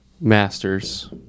Masters